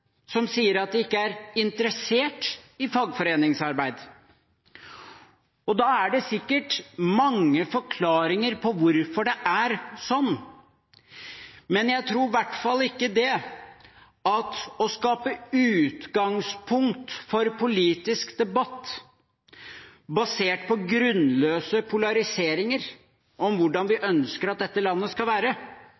er sikkert mange forklaringer på hvorfor det er sånn, men jeg tror i hvert fall ikke at det å skape utgangspunkt for politisk debatt basert på grunnløse polariseringer om hvordan vi